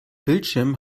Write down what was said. bildschirm